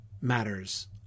matters